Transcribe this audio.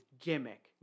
gimmick